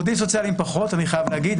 עובדים סוציאליים פחות, אני חייב להגיד.